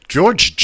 George